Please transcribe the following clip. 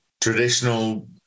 traditional